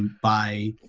by